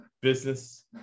Business